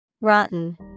Rotten